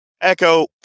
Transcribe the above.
Echo